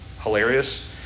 hilarious